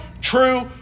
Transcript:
true